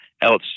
else